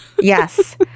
yes